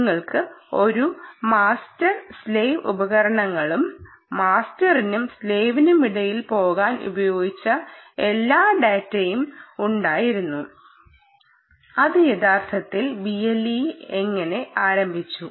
നിങ്ങൾക്ക് ഒരു master slave ഉപകരണങ്ങളും മാസ്റ്ററിനും സ്ലേവിനുമിടയിൽ പോകാൻ ഉപയോഗിച്ച എല്ലാ ഡാറ്റയും ഉണ്ടായിരുന്നു അത് യഥാർത്ഥത്തിൽ BLE എങ്ങനെ ആരംഭിച്ചു